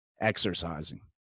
exercising